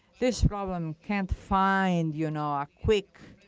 this problem can't find you know a quick